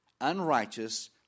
unrighteous